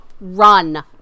run